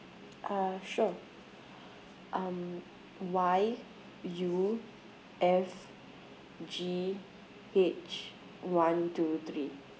uh sure um Y U F G H one two three